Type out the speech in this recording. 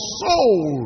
soul